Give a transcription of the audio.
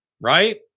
right